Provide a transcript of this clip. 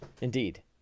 Indeed